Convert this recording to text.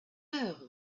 heure